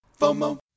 FOMO